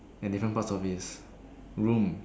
in different parts of his room